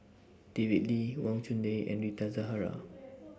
David Lee Wang Chunde and Rita Zahara